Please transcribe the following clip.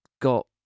got